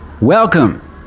Welcome